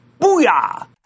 Booyah